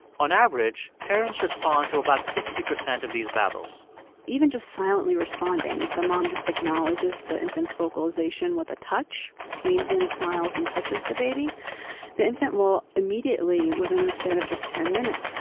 on average, parents respond to about sixty percent of these babbles even just silently responding if the mom just acknowledges the infant's vocalization with a touch leans in, smiles and touches the baby the infant will immediately, within the span of just ten minutes,